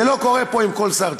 זה לא קורה פה עם כל שר,